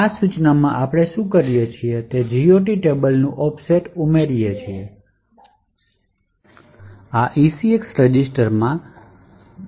આ સૂચનામાં આપણે શું કરીએ છીએ તે GOT ટેબલનું ઓફસેટ ઉમેરવું આ ECX રજીસ્ટરમાં ગ્લોબલ ઑફસેટ ટેબલ